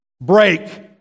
Break